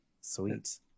Sweet